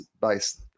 based